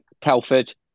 telford